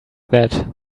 that